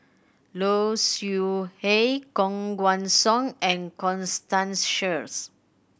Low Siew Nghee Koh Guan Song and Constance Sheares